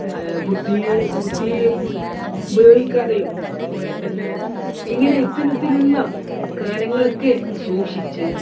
ബുദ്ധി ബുദ്ധിയേയും ഉപയോഗിക്കാതെയും അതുപോലെത്തന്നെ ഇങ്ങനെ ഇത്തരത്തിലുള്ള കാര്യങ്ങളൊക്കെ സൂക്ഷിച്ച്